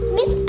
Miss